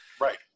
Right